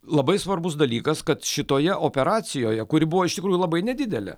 labai svarbus dalykas kad šitoje operacijoje kuri buvo iš tikrųjų labai nedidelė